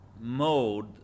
mode